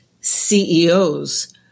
CEOs